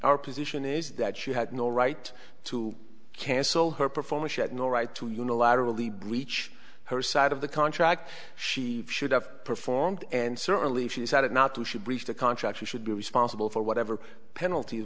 our position is that she had no right to cancel her performance yet no right to unilaterally breach her side of the contract she should have performed and certainly she decided not to she breached the contract she should be responsible for whatever penalt